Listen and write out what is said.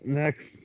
next